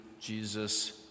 jesus